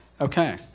Okay